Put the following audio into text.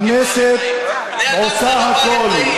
אתה אולי רואה אותם, הכנסת, כבעלי-חיים.